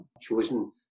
chosen